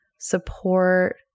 support